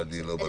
אני לא בטוח.